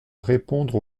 répondre